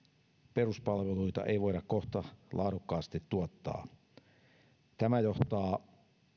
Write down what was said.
peruspalveluita ei voida kohta tuottaa laadukkaasti tämä johtaa